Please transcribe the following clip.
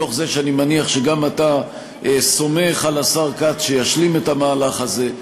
מתוך זה שאני מניח שגם אתה סומך על השר כץ שישלים את המהלך הזה,